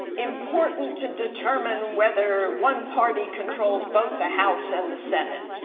important to determine whether one party controls both the house and the senate,